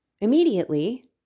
immediately